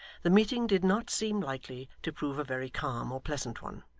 the meeting did not seem likely to prove a very calm or pleasant one.